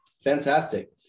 Fantastic